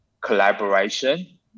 Collaboration